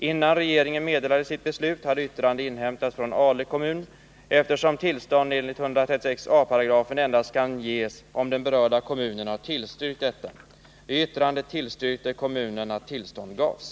Innan regeringen meddelade sitt beslut, hade yttrande inhämtats från Ale kommun, eftersom tillstånd enligt 136 a § BL kan ges endast om den berörda kommunen har tillstyrkt detta. I yttrandet tillstyrkte kommunen att tillstånd gavs.